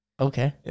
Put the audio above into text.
Okay